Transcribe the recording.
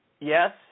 yes